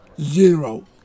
Zero